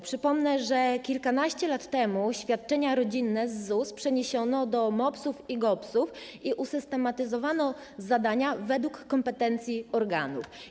Przypomnę, że kilkanaście lat temu świadczenia rodzinne z ZUS przeniesiono do MOPS-ów i GOPS-ów i usystematyzowano zadania według kompetencji organu.